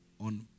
on